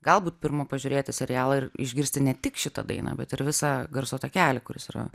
galbūt pirma pažiūrėti serialą ir išgirsti ne tik šitą dainą bet ir visą garso takelį kuris yra